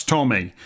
Tommy